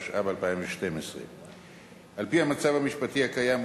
התשע"ב 2012. על-פי המצב המשפטי הקיים,